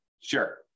Sure